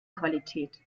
qualität